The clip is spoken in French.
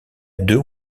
deux